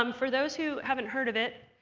um for those who haven't heard of it,